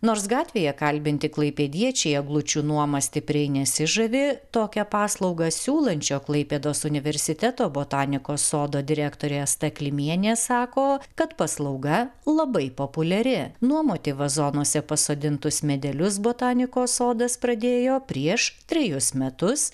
nors gatvėje kalbinti klaipėdiečiai eglučių nuoma stipriai nesižavi tokią paslaugą siūlančio klaipėdos universiteto botanikos sodo direktorė asta klimienė sako kad paslauga labai populiari nuomoti vazonuose pasodintus medelius botanikos sodas pradėjo prieš trejus metus